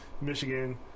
Michigan